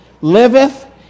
liveth